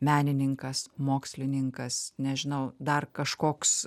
menininkas mokslininkas nežinau dar kažkoks